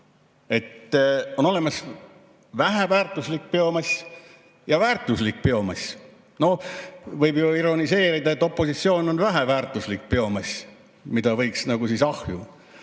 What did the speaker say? et on olemas väheväärtuslik biomass ja väärtuslik biomass. Võib ju ironiseerida, et opositsioon on väheväärtuslik biomass, mida võiks nagu siis ahju